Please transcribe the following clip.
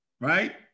right